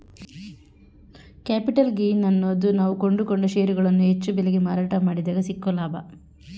capital gain ಅನ್ನೋದು ನಾವು ಕೊಂಡುಕೊಂಡ ಷೇರುಗಳನ್ನು ಹೆಚ್ಚು ಬೆಲೆಗೆ ಮಾರಾಟ ಮಾಡಿದಗ ಸಿಕ್ಕೊ ಲಾಭ